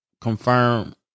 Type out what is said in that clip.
Confirm